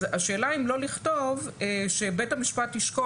אז השאלה אם לא לכתוב שבית המשפט ישקול